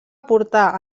portar